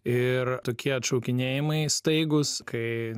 ir tokie atšaukinėjimai staigūs kai